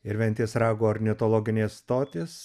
ir ventės rago ornitologinė stotis